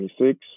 26